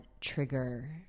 trigger